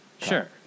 Sure